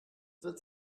wird